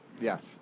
Yes